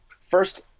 first